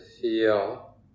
feel